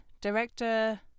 director